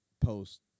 post